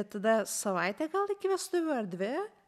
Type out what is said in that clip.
tada savaitę gal iki vestuvių erdvė